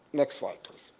next slide please.